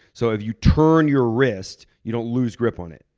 so if you turn your wrist, you don't lose grip on it.